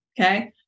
okay